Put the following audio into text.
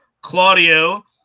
Claudio